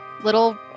little